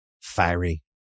fiery